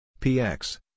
px